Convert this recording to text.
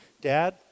Dad